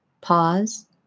Pause